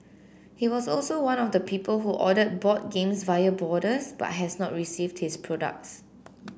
he was also one of the people who ordered board games via Boarders but has not received his products